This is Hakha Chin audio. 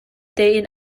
tein